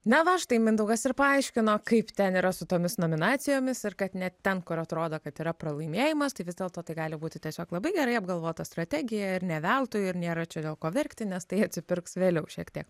na va štai mindaugas ir paaiškino kaip ten yra su tomis nominacijomis ir kad ne ten kur atrodo kad yra pralaimėjimas tai vis dėlto tai gali būti tiesiog labai gerai apgalvota strategija ir ne veltui ir nėra čia dėl ko verkti nes tai atsipirks vėliau šiek tiek